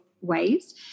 Ways